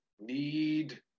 need